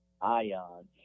ion